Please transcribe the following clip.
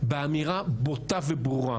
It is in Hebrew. באמירה בוטה וברורה,